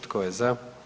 Tko je za?